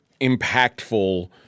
impactful